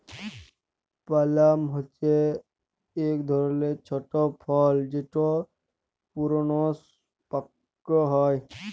পালাম হছে ইক ধরলের ছট ফল যেট পূরুনস পাক্যে হয়